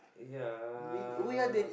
yeah